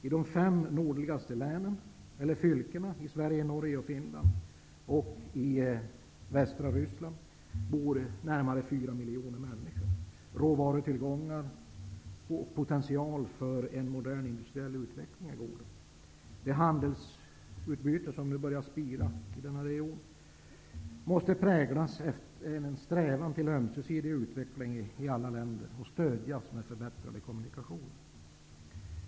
I de fem nordligaste länen eller fylkena i Sverige, Finland och Norge samt i västra Ryssland bor ca 4 miljoner människor. Råvarutillgångar och potential för en modern industriell utveckling är goda. Det handelsutbyte som nu börjar spira i denna region måste präglas av en strävan till ömsesidig utveckling i alla länder och stödjas med förbättrade kommunikationer.